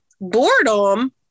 boredom